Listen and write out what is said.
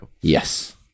Yes